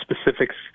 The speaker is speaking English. specifics